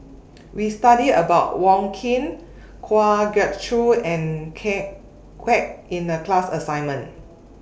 We studied about Wong Keen Kwa Geok Choo and Ken Kwek in The class assignment